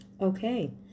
Okay